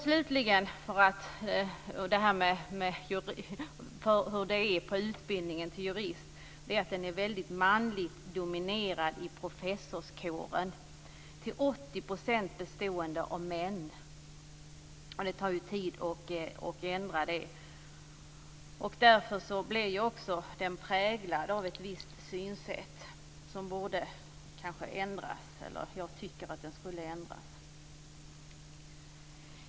Slutligen, när det gäller juristutbildningen, är den manligt dominerad i professorskåren. Den består till 80 % av män. Det tar tid att ändra det. Därför blir den också präglad av ett visst synsätt som jag tycker skulle ändras.